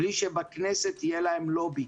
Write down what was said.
בלי שבכנסת יהיה להם לובי.